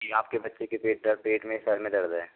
जी आपके बच्चे के पेट में सिर में दर्द है